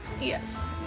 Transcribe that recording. Yes